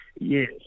Yes